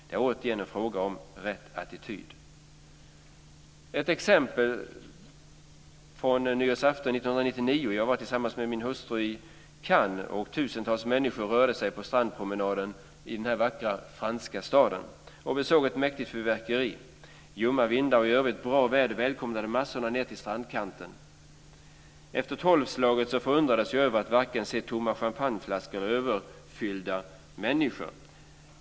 Det är återigen en fråga om rätt attityd. Jag har ett exempel från nyårsafton 1999. Jag var tillsammans med min hustru i Cannes. Tusentals människor rörde sig på strandpromenaden i denna vackra franska stad. Vi såg ett mäktigt fyrverkeri. Ljumma vindar och i övrigt bra väder välkomnade massorna ned till strandkanten. Efter tolvslaget förundrades jag över att varken se tomma champagneflaskor eller överfyllda människor.